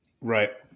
right